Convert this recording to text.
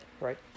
right